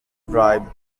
bribe